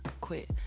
quit